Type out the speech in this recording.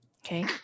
Okay